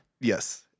Yes